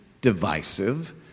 divisive